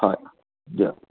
হয় দিয়ক